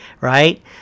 right